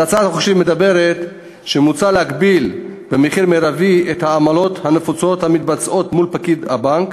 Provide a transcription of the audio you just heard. ההצעה מדברת על הגבלת מרב העמלות הנפוצות המתבצעות מול פקיד הבנק,